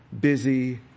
busy